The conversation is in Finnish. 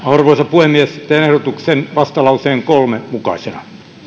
arvoisa puhemies teen vastalauseen kolmen mukaisen